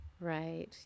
Right